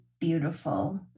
beautiful